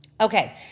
Okay